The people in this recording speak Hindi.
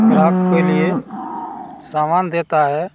ग्राहक के लिए सामान देता है